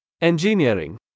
Engineering